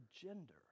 gender